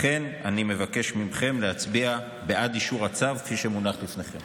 לכן אני מבקש מכם להצביע בעד אישור הצו כפי שמונח לפניכם.